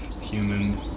human